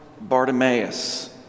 Bartimaeus